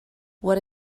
what